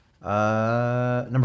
number